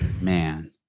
Man